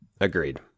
Agreed